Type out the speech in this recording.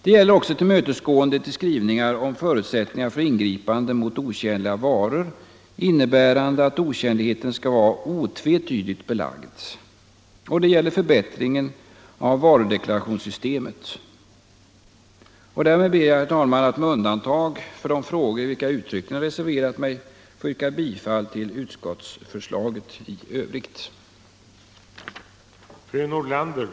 Det gäller också tillmötesgåendet i skrivningen om förutsättningarna för ingripande mot otjänliga varor, innebärande att otjänligheten skall vara otvetydigt belagd, och det gäller förbättringen av varudeklarationssystemet. Därmed ber jag, herr talman, att med undantag för de frågor, i vilka jag uttryckligen har reserverat mig, få yrka bifall till utskottsförslaget. Marknadsförings